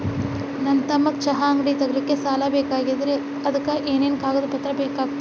ನನ್ನ ತಮ್ಮಗ ಚಹಾ ಅಂಗಡಿ ತಗಿಲಿಕ್ಕೆ ಸಾಲ ಬೇಕಾಗೆದ್ರಿ ಅದಕ ಏನೇನು ಕಾಗದ ಪತ್ರ ಬೇಕಾಗ್ತವು?